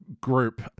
group